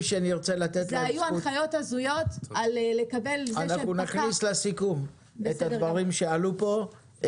היו הנחיות הזויות לקבל --- נכניס לסיכום את הדברים שעלו פה.